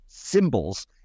symbols